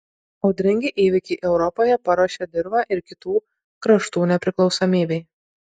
audringi įvykiai europoje paruošė dirvą ir kitų kraštų nepriklausomybei